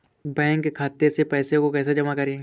Bank खाते से पैसे को कैसे जमा करें?